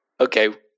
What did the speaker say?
Okay